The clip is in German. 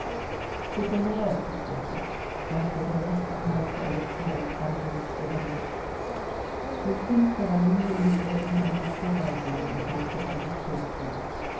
bitte näher zu treten sagte der rechtsanwalt zu alexei alexandrowitsch gewendet mit finsterer miene ließ er ihn an sich vorbeigehen und machte dann die tür zu